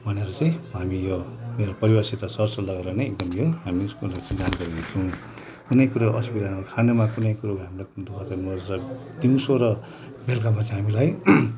भनेर चाहिँ हामी यो मेरो परिवारसित सर सल्लाह गरेर नै एकदम यो हामी जानकारी दिन्छौँ कुनै कुरो असुविधा खानामा कुनै कुरो हामीलाई दिउँसो र बेलुका भएपछि हामीलाई